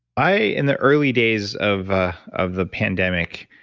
i, in the early days of ah of the pandemic,